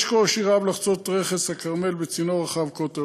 יש קושי רב לחצות את רכס הכרמל בצינור רחב קוטר,